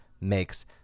makes